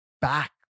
back